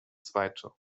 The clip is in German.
zweiter